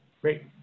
Great